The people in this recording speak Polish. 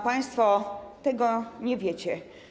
A państwo tego nie wiecie.